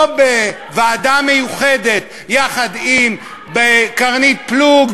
לא בוועדה מיוחדת יחד עם קרנית פלוג,